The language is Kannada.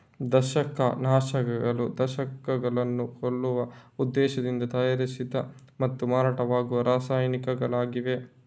ದಂಶಕ ನಾಶಕಗಳು ದಂಶಕಗಳನ್ನು ಕೊಲ್ಲುವ ಉದ್ದೇಶದಿಂದ ತಯಾರಿಸಿದ ಮತ್ತು ಮಾರಾಟವಾಗುವ ರಾಸಾಯನಿಕಗಳಾಗಿವೆ